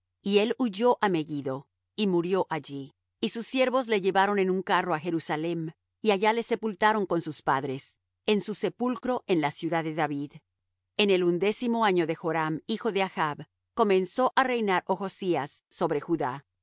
y él huyó á megiddo y murió allí y sus siervos le llevaron en un carro á jerusalem y allá le sepultaron con sus padres en su sepulcro en la ciudad de david en el undécimo año de joram hijo de achb comenzó á reinar ochzías sobre judá